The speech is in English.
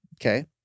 okay